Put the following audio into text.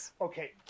Okay